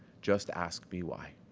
just ask me why.